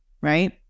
right